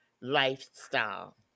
lifestyle